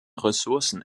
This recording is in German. ressourcen